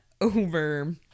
over